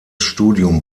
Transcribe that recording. studium